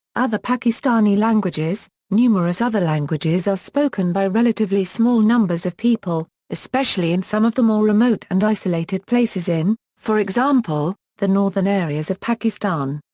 other pakistani languages numerous other languages are spoken by relatively small numbers of people, especially in some of the more remote and isolated places in, for example, the northern areas of pakistan.